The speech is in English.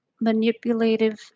manipulative